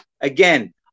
again